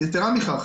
יתרה מכך.